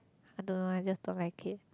I don't know lah just don't like it